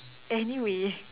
anyway